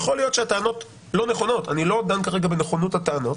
אני לא דן כרגע בנכונות הטענות